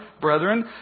brethren